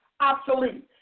obsolete